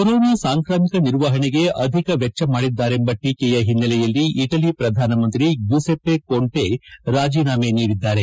corona ಸಾಂಕ್ರಾಮಿಕ ನಿರ್ವಹಣೆಗೆ ಅಧಿಕ ವೆಚ್ಚ ಮಾಡಿದ್ದಾರೆಂಬ ಟೀಕೆಯ ಹಿನ್ನೆಲೆಯಲ್ಲಿ ಇಟಲಿ ಪ್ರಧಾನಮಂತ್ರಿ ಗ್ಯೂಸೆಪ್ಪೆ ಕೋಂಟೆ ರಾಜೀನಾಮೆ ನೀಡಿದ್ದಾರೆ